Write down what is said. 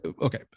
okay